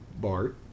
Bart